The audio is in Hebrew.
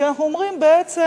כי אנחנו אומרים בעצם: